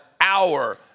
hour